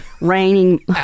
Raining